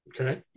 Okay